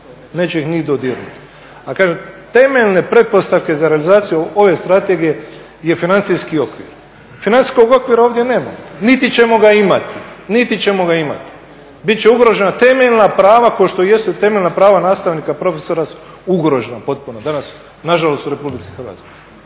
neće ih ni dodirnuti, a kažem temeljne pretpostavke za realizaciju ove strategije je financijski okvir. Financijskog okvira ovdje nema niti ćemo ga imati. Bit će ugrožena temeljna prava kao što jesu, temeljna prava nastavnika, profesora su ugrožena potpuno danas nažalost u RH.